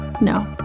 No